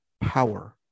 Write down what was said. power